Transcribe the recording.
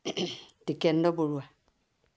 Tikendra Barua